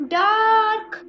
dark